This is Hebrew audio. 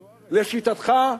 לשיטתך,